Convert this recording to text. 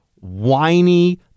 whiny